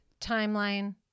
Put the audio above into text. timeline